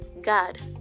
God